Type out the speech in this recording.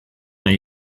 nahi